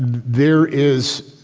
there is,